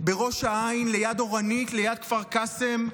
בראש העין, ליד אורנית, ליד כפר קאסם,